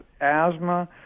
asthma